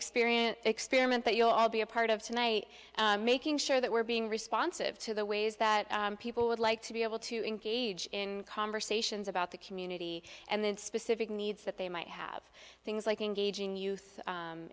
experience experiment that you know i'll be a part of tonight making sure that we're being responsive to the ways that people would like to be able to engage in conversations about the community and then specific needs that they might have things like engaging youth